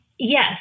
Yes